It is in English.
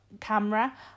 camera